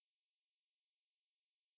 可以感觉到